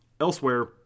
Elsewhere